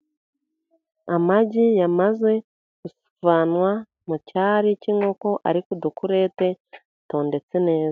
Amagi yamaze kuvanwa mu cyari cy'inkoko, ari k'udukurete dutondetse neza.